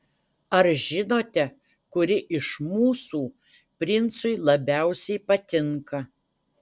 ar žinote kuri iš mūsų princui labiausiai patinka